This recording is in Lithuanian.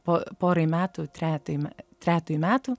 po porai metų trejetai trejetui metų